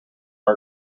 our